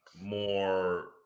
more